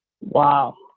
Wow